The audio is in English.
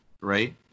right